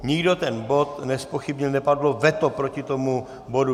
Nikdo ten bod nezpochybnil, nepadlo veto proti tomu bodu.